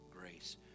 grace